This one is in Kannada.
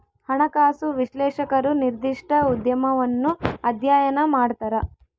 ಹಣಕಾಸು ವಿಶ್ಲೇಷಕರು ನಿರ್ದಿಷ್ಟ ಉದ್ಯಮವನ್ನು ಅಧ್ಯಯನ ಮಾಡ್ತರ